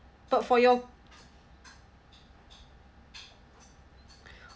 but for your